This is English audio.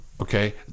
Okay